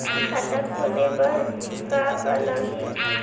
खाता खोले बार का का लागही?